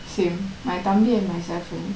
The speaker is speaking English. same my தம்பி:thambi and myself only